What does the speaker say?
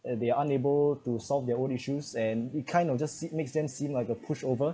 and they are unable to solve their own issues and it kind of just see makes them seem like a pushover